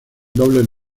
dobles